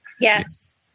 Yes